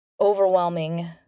overwhelming